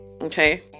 Okay